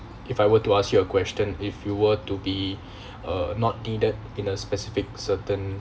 if I were to ask you a question if you were to be uh not needed in a specific certain